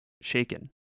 shaken